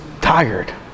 tired